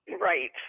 Right